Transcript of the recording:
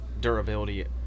durability